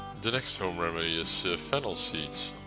the next home remedy is fennel seeds.